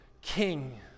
king